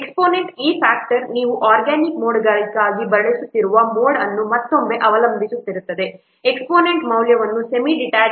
exponent ಈ factor ನೀವು organic ಮೋಡ್ಗಾಗಿ ಬಳಸುತ್ತಿರುವ ಮೋಡ್ ಅನ್ನು ಮತ್ತೊಮ್ಮೆ ಅವಲಂಬಿಸಿರುತ್ತದೆ ಎಕ್ಸ್ಪೋನೆಂಟ್ ಮೌಲ್ಯವು ಸೆಮಿ ಡಿಟ್ಯಾಚ್ಡ್ ಮೋಡ್ಗೆ 0